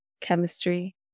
chemistry